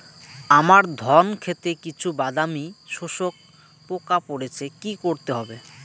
আমার ধন খেতে কিছু বাদামী শোষক পোকা পড়েছে কি করতে হবে?